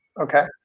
Okay